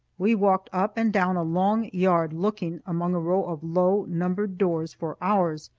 we walked up and down a long yard looking, among a row of low, numbered doors, for ours,